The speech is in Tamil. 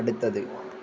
அடுத்தது